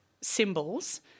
symbols